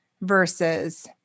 versus